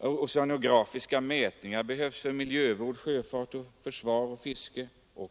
Oceanografiska mätningar behövs för miljövård, sjöfart, fiske och grundforskning.